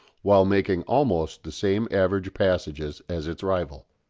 while making almost the same average passages as its rival.